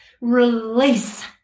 release